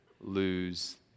lose